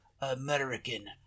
American